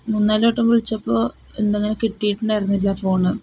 മൂന്നുനാലുവട്ടം വിളിച്ചപ്പോള് എന്തോ അങ്ങനെ കിട്ടിയിട്ടുണ്ടായിരുന്നില്ല ഫോണ്